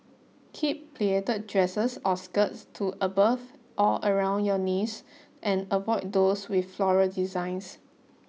keep pleated dresses or skirts to above or around your knees and avoid those with floral designs